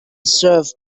serve